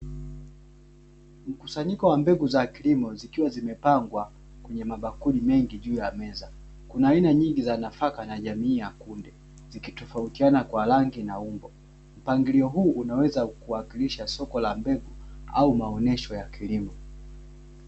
Mkusanyiko wa mbegu za kilimo, zikiwa zimepangwa kwenye mabakuli mengi juu ya meza, kuna aina nyingi za nafaka na jamii ya kunde zikitofautiana kwa rangi na umbo. Mpangilio huu unaweza kuwakilisha soko la mbegu au maonyesho ya kilimo.